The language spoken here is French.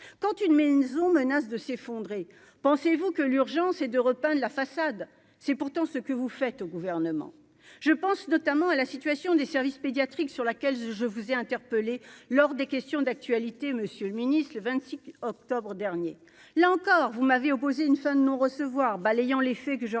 quand une maison menace de s'effondrer, pensez-vous que l'urgence est de repeindre la façade, c'est pourtant ce que vous faites au gouvernement, je pense notamment à la situation des services pédiatriques sur laquelle je vous ai interpellé lors des questions d'actualité, Monsieur le Ministre, le 26 octobre dernier, là encore, vous m'avez opposé une fin de non-recevoir, balayant l'effet que je